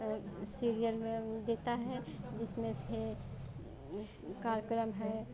serial में देता है जिसमें से कार्यक्रम है